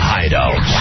Hideout